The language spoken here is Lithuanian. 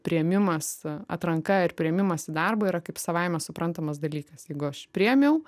priėmimas atranka ir priėmimas į darbą yra kaip savaime suprantamas dalykas jeigu aš priėmiau